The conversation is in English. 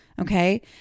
Okay